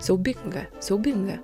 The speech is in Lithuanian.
siaubinga siaubinga